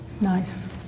Nice